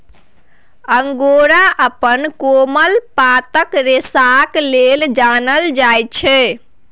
angora अपन कोमल पातर रेशाक लेल जानल जाइत छै